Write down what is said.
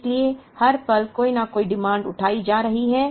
इसलिए हर पल कोई न कोई मांग उठाई जा रही है